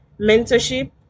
mentorship